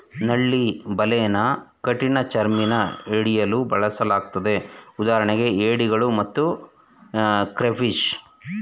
ನಳ್ಳಿ ಬಲೆನ ಕಠಿಣಚರ್ಮಿನ ಹಿಡಿಯಲು ಬಳಸಲಾಗ್ತದೆ ಉದಾಹರಣೆಗೆ ಏಡಿಗಳು ಮತ್ತು ಕ್ರೇಫಿಷ್